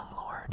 lord